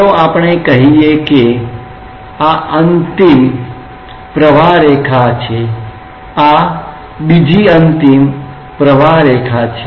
ચાલો આપણે કહીએ કે આ એક અંતિમ પ્રવાહરેખા છે આ બીજી અંતિમ પ્રવાહરેખા છે